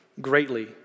greatly